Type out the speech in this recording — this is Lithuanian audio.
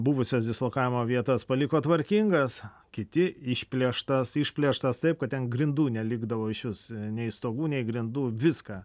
buvusias dislokavimo vietas paliko tvarkingas kiti išplėštas išplėštas taip kad ant grindų nelikdavo išvis nei stogų nei grindų viską